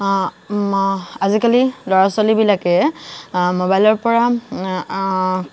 মা আজিকালি ল'ৰা ছোৱালীবিলাকে মোবাইলৰ পৰা